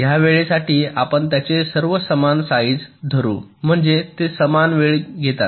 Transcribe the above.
ह्या वेळेसाठी आपण त्यांचे सर्व समान साइज धरू म्हणजे ते समान वेळ घेतात